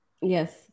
yes